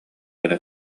гына